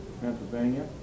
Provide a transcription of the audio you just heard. Pennsylvania